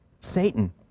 Satan